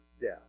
death